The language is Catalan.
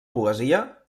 poesia